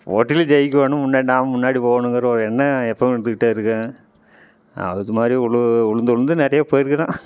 போட்டியில் ஜெயிக்கணும் முன்னாடி நான் முன்னாடி போகணுங்கிற ஒரு எண்ணம் எப்பவும் இருந்துக்கிட்டே இருக்கும் அதுத்து மாதிரி விழு விழுந்து விழுந்து நிறைய போயிருக்கிறேன்